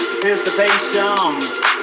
Anticipation